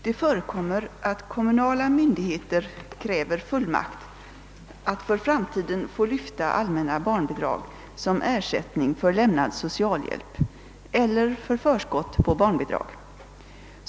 Det förekommer att kommunala myndigheter kräver fullmakt att för framtiden få lyfta allmänna barnbidrag som ersättning för lämnad socialhjälp eller för förskott på barnbidrag.